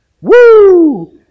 Woo